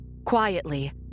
Quietly